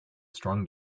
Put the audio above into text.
strong